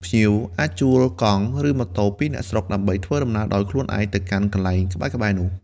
ភ្ញៀវអាចជួល កង់ ឬម៉ូតូពីអ្នកស្រុកដើម្បីធ្វើដំណើរដោយខ្លួនឯងទៅកាន់កន្លែងក្បែរៗនោះ។